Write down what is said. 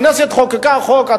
הכנסת חוקקה חוק,